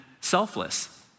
selfless